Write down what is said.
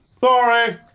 Sorry